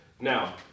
now